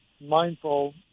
mindful